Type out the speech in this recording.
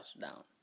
down